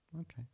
Okay